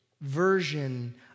version